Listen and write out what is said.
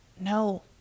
No